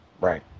Right